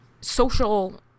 social